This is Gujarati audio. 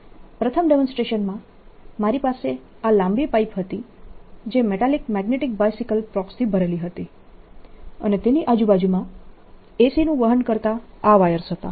પ્રથમ ડેમોન્સ્ટ્રેશનમાં મારી પાસે આ લાંબી પાઇપ હતી જે મેટાલિક મેગ્નેટીક બાયસીકલ પ્રોક્સથી ભરેલી હતી અને તેની આજુબાજુમાં AC નું વહન કરતા આ વાયર્સ હતા